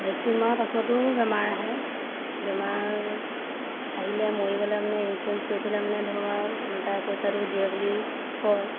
vaccine মৰা পাছতো বেমাৰ আহে বেমাৰ আহিলে মৰি গ'লে মানে ইঞ্চুৰেঞ্চ কৰি থ'লে মানে ধৰক আৰু ওলটাই পইচাটো দিয়ে বুলি কয়